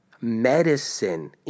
medicine